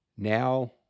Now